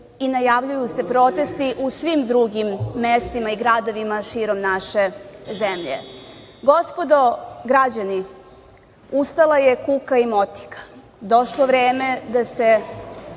i najavljuju se protesti u svim drugim mestima i gradovima širom naše zemlje. Gospodo građani, ustala je kuka i motika, došlo vreme da